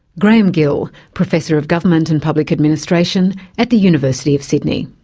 graeme gill, professor of government and public administration at the university of sydney.